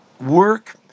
work